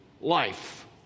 life